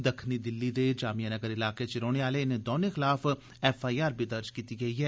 दक्खनी दिल्ली दे जामिया नगर इलाके च रौह्ने आले इनें दौनें खलाफ एफआईआर बी दर्ज कीती गेदी ऐ